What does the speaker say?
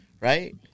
right